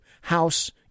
House